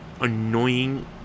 annoying